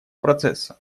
процесса